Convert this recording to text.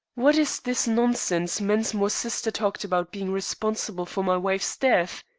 what is this nonsense mensmore's sister talked about being responsible for my wife's death?